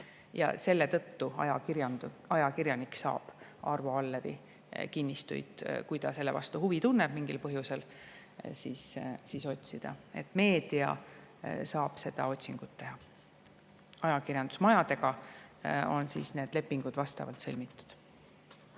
selle tõttu ajakirjanik saab Arvo Alleri kinnistuid, kui ta selle vastu huvi tunneb mingil põhjusel, otsida. Nii et meedia saab seda otsingut teha. Ajakirjandusmajadega on need lepingud vastavalt sõlmitud.